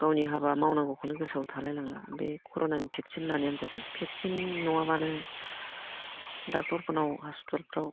गावनि हाबा मावनांगौखौनो गोसोआव थालायलांला बे कर'नानि भेक्सिन लानायानो जादों भेक्सिन नङाबानो डक्ट'रफोरनाव हस्पिटालफोराव